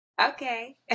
Okay